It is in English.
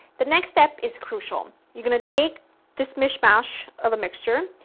the next step is crucial. you're going to take this mish mash of a mixture,